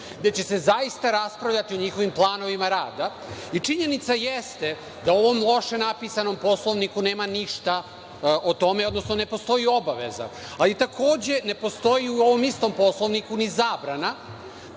gde će se zaista raspravljati o njihovim planovima rada i činjenica jeste da u ovom loše napisanom Poslovniku nema ništa o tome, odnosno ne postoji obaveza, ali takođe ne postoji u ovom istom Poslovniku ni zabrana